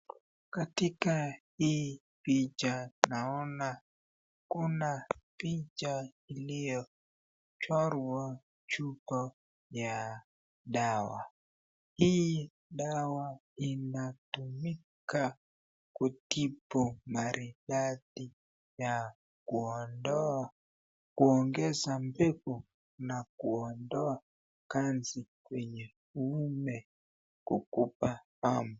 Katika hii picha naona kuna picha iliyochorwa juu ya chupa ya dawa, hii dawa inatumika kutibu maridadi ya kuondoa, kuongeza mbegu na kuondoa kanzi kwenye uume kukupa naam.